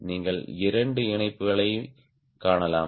நீங்கள் இரண்டு இணைப்புகளைக் காணலாம்